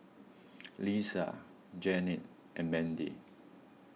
Lesia Janeen and Mandy